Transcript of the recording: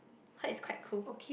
heard is quite cool